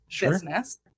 business